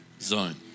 zone